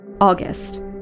August